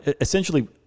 essentially